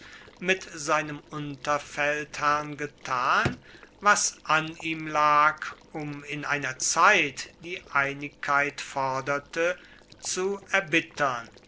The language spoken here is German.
mit seinem unterfeldherrn getan was an ihm lag um in einer zeit die einigkeit forderte zu erbittern